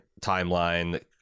timeline